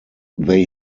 they